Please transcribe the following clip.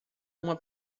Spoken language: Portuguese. uma